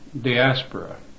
diaspora